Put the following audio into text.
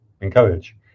encourage